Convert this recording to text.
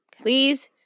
Please